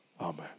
Amen